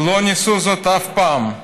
לא ניסו זאת אף פעם,